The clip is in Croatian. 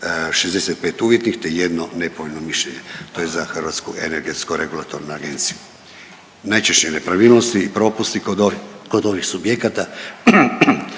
65 uvjetnih te jedno nepovoljno mišljenje, to je za Hrvatsku energetsko regulatorna agencija. Najčešće nepravilnosti i propusti kod ovih subjekata,